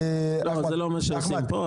זה לא מה שעושים כאן.